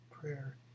prayer